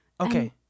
okay